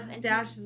Dash